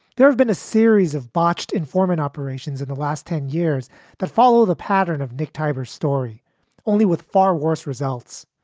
there have been a series of botched enforcement operations in the last ten years that follow the pattern of nick tiber's story only with far worse results.